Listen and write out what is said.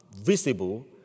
visible